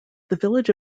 village